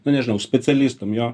nu nežinau specialistam jo